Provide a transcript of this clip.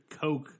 coke